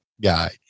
guy